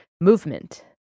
Movement